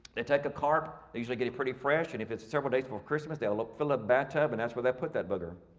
they take a carp they usually get it pretty fresh and if it's several days before christmas, they'll ah fill bathtub and that's where they put that booger.